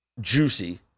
juicy